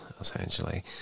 essentially